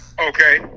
Okay